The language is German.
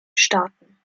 staaten